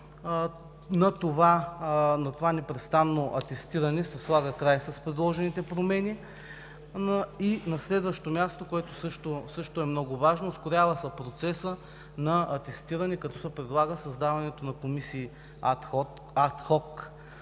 На това непрестанно атестиране се слага край с предложените промени. На следващо място, което също е много важно, ускорява се процесът на атестиране, като се предлага създаването на комисии адхок